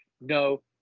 no